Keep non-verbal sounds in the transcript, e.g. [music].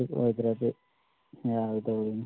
[unintelligible] ꯑꯣꯏꯗ꯭ꯔꯗꯤ ꯌꯥꯔꯣꯏꯗꯧꯔꯤꯅꯤ